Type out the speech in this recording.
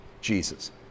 Jesus